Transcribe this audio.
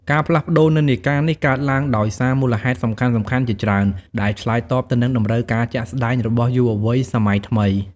ការផ្លាស់ប្ដូរនិន្នាការនេះកើតឡើងដោយសារមូលហេតុសំខាន់ៗជាច្រើន ដែលឆ្លើយតបទៅនឹងតម្រូវការជាក់ស្ដែងរបស់យុវវ័យសម័យថ្មី។